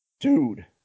Dude